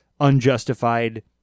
unjustified